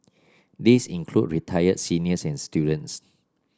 these include retired seniors and students